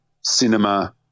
cinema